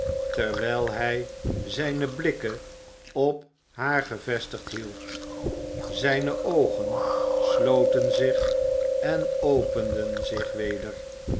terwijl hij zijne blikken op haar gevestigd hield zijne oogen sloten zich en openden zich weder